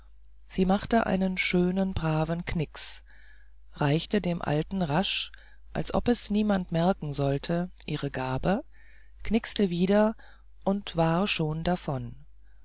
sie machte einen schönen braven knicks reichte dem alten rasch als ob es niemand merken sollte ihre gabe knickste wieder und war schon davon